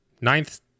ninth